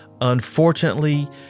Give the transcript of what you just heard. Unfortunately